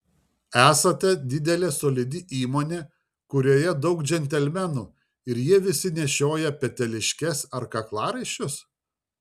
esate didelė solidi įmonė kurioje daug džentelmenų ir jie visi nešioja peteliškes ar kaklaraiščius